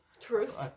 Truth